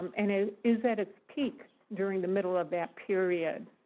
and it is at its peak during the middle of that period.